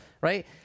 right